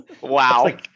wow